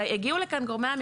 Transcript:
הגיעו לכאן גורמי המקצוע.